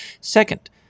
Second